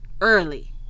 Early